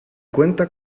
cuenta